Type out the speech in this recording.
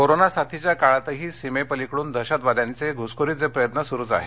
corona साथीच्या काळातही सीमेपलिकडून दहशतवाद्यांचे घुसखोरीचे प्रयत्न सुरुच आहेत